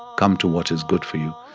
come to what is good for you.